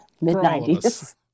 mid-90s